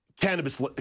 cannabis